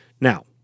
Now